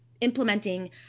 implementing